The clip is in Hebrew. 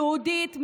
יהודית,